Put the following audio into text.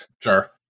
sure